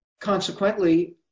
consequently